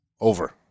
over